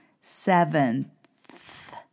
Seventh